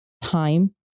time